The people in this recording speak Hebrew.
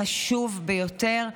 וזה חשוב ביותר.